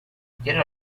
fiel